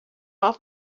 half